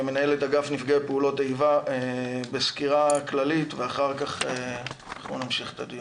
מנהלת אגף נפגעי פעולות איבה בסקירה כללית ואחר כך נמשיך את הדיון.